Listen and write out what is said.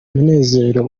umunezero